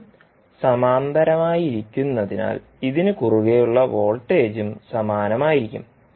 രണ്ടും സമാന്തരമായിരിക്കുന്നതിനാൽ ഇതിന് കുറുകെ ഉളള വോൾട്ടേജും സമാനമായിരിക്കും